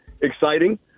exciting